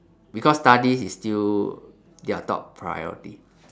because studies is still their top priority